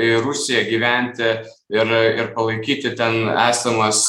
į rusiją gyventi ir ir palaikyti ten esamas